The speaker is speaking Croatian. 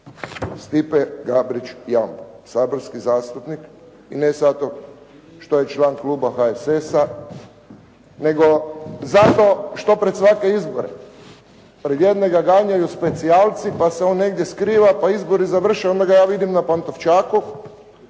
Stipe Gabrić Jumbo saborski zastupnik i ne zato što je član kluba HSS-a nego zato što pred svake izbore pred jedne ga ganjaju specijalci pa se on negdje skriva, pa izbori završe i onda ga ja vidim na Pantovčaku.